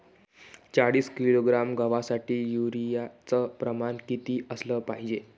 चाळीस किलोग्रॅम गवासाठी यूरिया च प्रमान किती असलं पायजे?